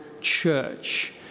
church